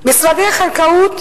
משרדי החקלאות,